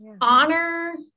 honor